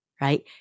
Right